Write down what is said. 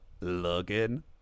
looking